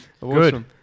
Good